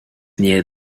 near